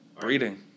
Breeding